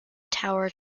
tower